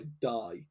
die